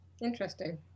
interesting